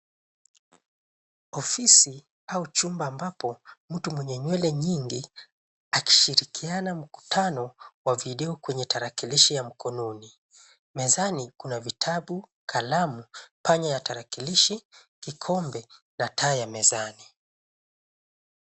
Ofisi au chumba ambapo mtu mwenye nywele nyingi akishirikiana mkutano wa video kwenye tarakilishi ya mkononi. Mezani kuna vitabu, kalamu, panya ya tarakilishi, kikombe na taa ya mezani.